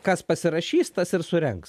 kas pasirašys tas ir surengs